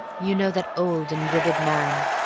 you know that old and withered man,